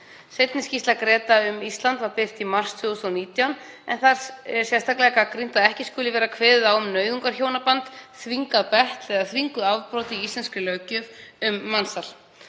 Seinni skýrsla GRETA um Ísland var birt í mars 2019 en þar er sérstaklega gagnrýnt að ekki skuli vera kveðið á um nauðungarhjónaband, þvingað betl eða þvinguð afbrot í íslenskri löggjöf um mansal.